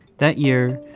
that year,